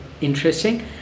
interesting